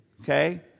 Okay